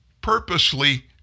purposely